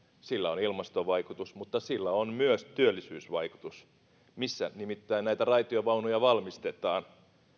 sillä on ilmastovaikutus mutta sillä on myös työllisyysvaikutus nimittäin sillä missä näitä raitiovaunuja valmistetaan